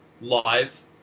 live